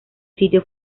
sitio